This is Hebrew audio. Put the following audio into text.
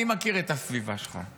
אני מכיר את הסביבה שלך.